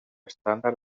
estàndard